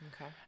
Okay